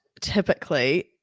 typically